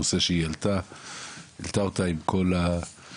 נושא שהיא העלתה אותו עם כל הבעייתיות,